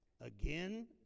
again